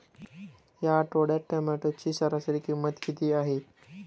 या आठवड्यात टोमॅटोची सरासरी किंमत किती आहे?